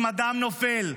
אם אדם נופל,